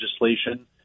legislation